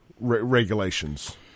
regulations